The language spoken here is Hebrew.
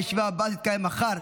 הישיבה הבאה תתקיים מחר,